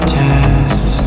test